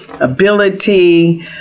ability